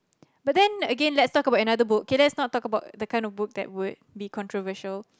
but then again let's talk about another book can let's not talk about the kind of book that would be controversial